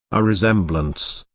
a resemblance,